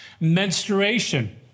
Menstruation